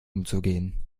umzugehen